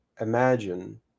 imagine